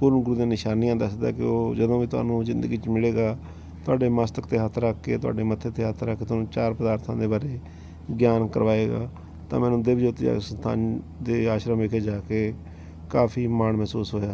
ਪੂਰਨ ਗੁਰੂ ਦੇ ਨਿਸ਼ਾਨੀਆਂ ਦੱਸਦਾ ਕਿ ਉਹ ਜਦੋਂ ਵੀ ਤੁਹਾਨੂੰ ਜ਼ਿੰਦਗੀ 'ਚ ਮਿਲੇਗਾ ਤੁਹਾਡੇ ਮਸਤਕ 'ਤੇ ਹੱਥ ਰੱਖ ਕੇ ਤੁਹਾਡੇ ਮੱਥੇ 'ਤੇ ਹੱਥ ਰੱਖ ਕੇ ਤੁਹਾਨੂੰ ਚਾਰ ਪਦਾਰਥਾਂ ਦੇ ਬਾਰੇ ਗਿਆਨ ਕਰਵਾਏਗਾ ਤਾਂ ਮੈਨੂੰ ਦਿਵਜੋਤੀ ਦੇ ਸਥਾਨ ਦੇ ਆਸ਼ਰਮ ਵਿਖੇ ਜਾ ਕੇ ਕਾਫੀ ਮਾਣ ਮਹਿਸੂਸ ਹੋਇਆ